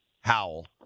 Howell